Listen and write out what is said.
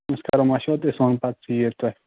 أسۍ کَرو مَشوَرٕ تہٕ أسۍ وَنہو پَتہٕ ژیٖرۍ تۅہہِ